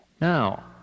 Now